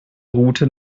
route